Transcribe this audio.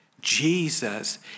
Jesus